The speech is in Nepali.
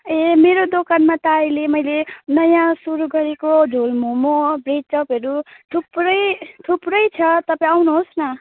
ए मेरो दोकानमा त अहिले मैले नयाँ सुरु गरेको झोल मोमो ब्रेड चपहरू थुप्रै थुप्रै छ तपाईँ आउनुहोस् न